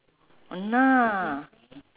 !hanna!